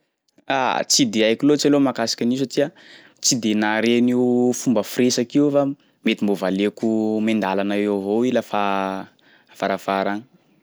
Aaa! Tsy de haiko loatry aloha mahakasiky an'io satria tsy de nahare an'io fomba firesaky io aho fa mety mbô valiako miandalana eo avao i lafa afarafara agny.